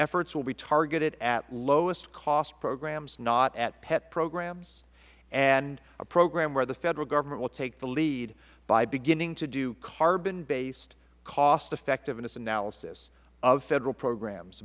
efforts will be targeted at lowest cost programs not at pet programs and a program where the federal government will take the lead by beginning to do carbon based cost effectiveness analysis of federal programs